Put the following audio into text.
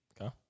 Okay